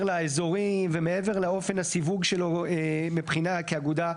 לאזורים ומעבר לאופן הסיווג שלו מבחינה כאגודה,